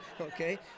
Okay